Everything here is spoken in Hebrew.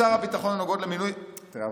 שר הביטחון הנוגעות למינוי" תראה,